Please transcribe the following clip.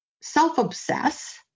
self-obsess